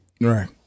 Right